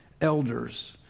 elders